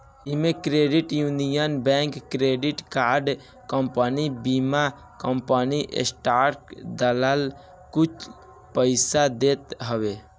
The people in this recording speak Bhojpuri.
इमे credit union bank, credit card company, बीमा कंपनी, स्टाक दलाल कुल पइसा देत हवे